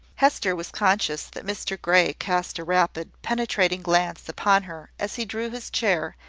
hester was conscious that mr grey cast a rapid, penetrating glance upon her as he drew his chair,